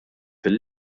fil